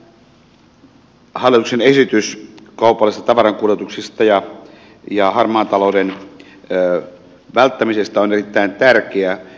tämä hallituksen esitys kaupallisista tavarankuljetuksista ja harmaan talouden välttämisestä on erittäin tärkeä